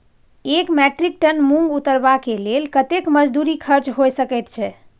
एक metric tonne मूंग उतरबा के लेल कतेक मजदूरी खर्च होय सकेत छै?